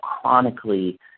chronically